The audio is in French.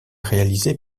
réalisé